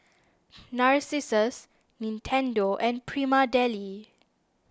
Narcissus Nintendo and Prima Deli